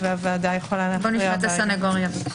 נשמע את הסנגוריה.